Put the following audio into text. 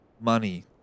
money